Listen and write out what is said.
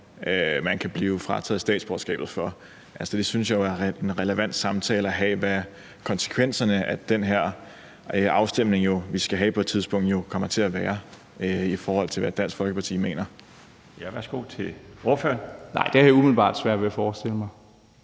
man kan blive frataget statsborgerskabet for? Det synes jeg jo er en relevant samtale at have, altså hvad konsekvenserne af den her afstemning, vi skal have på et tidspunkt, kommer til at være, i forhold til hvad Dansk Folkeparti mener. Kl. 17:38 Den fg. formand (Bjarne Laustsen): Værsgo til